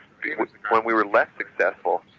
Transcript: when we were less successful,